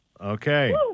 Okay